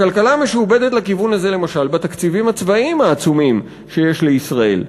הכלכלה משועבדת לכיוון הזה למשל בתקציבים הצבאיים העצומים שיש לישראל,